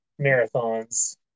marathons